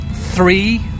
three